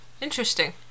Interesting